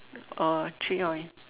oh three or